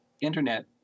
Internet